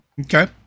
Okay